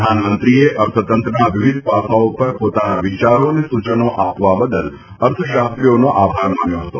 પ્રધાનમંત્રીએ અર્થતંત્રના વિવિધ પાસાઓ ઉપર પોતાના વિચારો અને સૂચનો આપવા બદલ અર્થશાસ્ત્રીઓનો આભાર માન્યો હતો